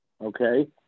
okay